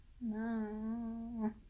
No